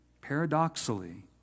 paradoxically